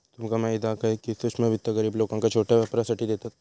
तुमका माहीत हा काय, की सूक्ष्म वित्त गरीब लोकांका छोट्या व्यापारासाठी देतत